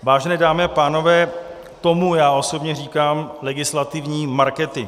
Vážené dámy a pánové, tomu já osobně říkám legislativní marketing.